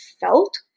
felt